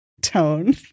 tone